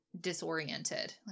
disoriented